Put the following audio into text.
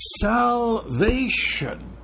Salvation